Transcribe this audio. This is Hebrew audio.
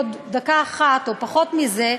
עוד דקה אחת או פחות מזה,